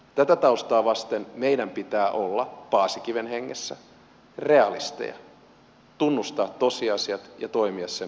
tätä taustaa vasten meidän pitää olla paasikiven hengessä realisteja tunnustaa tosiasiat ja toimia sen pohjalta